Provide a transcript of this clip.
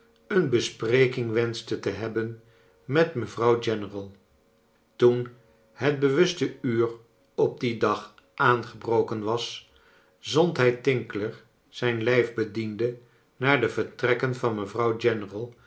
een bespreking wenschte te hebben met mevrouw general toen het bewuste uur op dien dag aangebroken was zond hij tinkler zijn lijfbediende naar de vertrekken van mevrouw